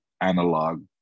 analog